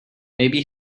maybe